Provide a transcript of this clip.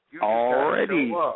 Already